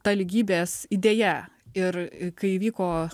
ta lygybės idėja ir kai įvyko